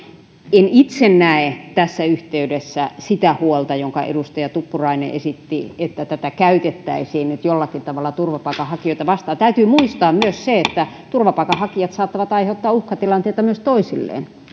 en itse näe tässä yhteydessä sitä huolta jonka edustaja tuppurainen esitti että tätä käytettäisiin nyt jollakin tavalla turvapaikanhakijoita vastaan täytyy muistaa myös se että turvapaikanhakijat saattavat aiheuttaa uhkatilanteita myös toisilleen